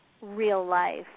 real-life